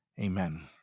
Amen